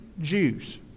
Jews